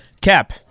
cap